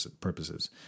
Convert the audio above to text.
purposes